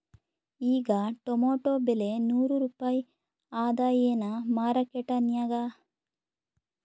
ಈಗಾ ಟೊಮೇಟೊ ಬೆಲೆ ನೂರು ರೂಪಾಯಿ ಅದಾಯೇನ ಮಾರಕೆಟನ್ಯಾಗ?